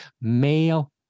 male